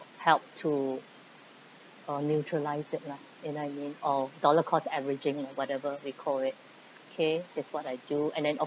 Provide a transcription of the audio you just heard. help to uh neutralise it lah and I mean of dollar cost averaging lah whatever we call it okay that it's what I do and then of